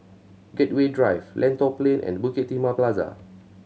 Gateway Drive Lentor Plain and Bukit Timah Plaza